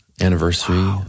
anniversary